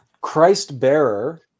Christ-bearer